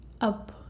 up